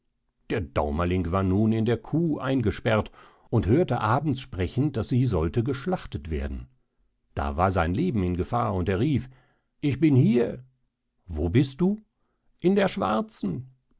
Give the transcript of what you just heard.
der daumerling war nun in der kuh eingesperrt und hörte abends sprechen daß sie sollte geschlachtet werden da war sein leben in gefahr und er rief ich bin hier wo bist du in der schwarzen